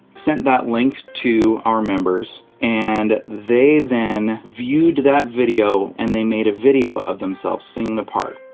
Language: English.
sent that link to our members. and they then viewed that video and they made a video of themselves singing the part.